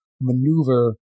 maneuver